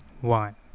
one